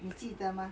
记得吗